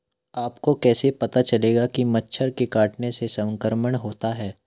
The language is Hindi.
आपको कैसे पता चलेगा कि मच्छर के काटने से संक्रमण होता है?